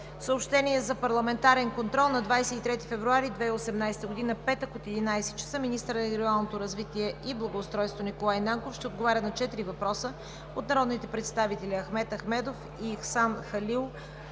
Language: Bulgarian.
Съобщения за парламентарен контрол на 23 февруари 2018 г., петък, от 11,00 ч.: 1. Министърът на регионалното развитие и благоустройството Николай Нанков ще отговори на четири въпроса от народните представители Ахмед Ахмедов и Ихсан Халил,